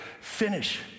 finish